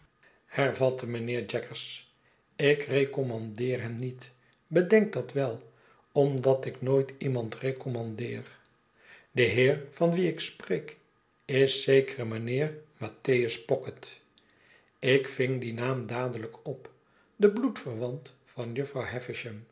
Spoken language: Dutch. hervatte mijnheer jaggers u ik recommandeer hem niet bedenk dat wel omdat ik nooit iemand recommandeer de heer van wien ik spreek is zekere mijnheer mattheiis pocket ik ving dien naam dadelijk op de bloedverwant van jufvrouw